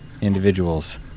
individuals